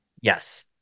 Yes